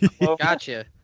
Gotcha